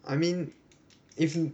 I mean if you